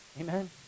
Amen